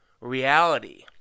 Reality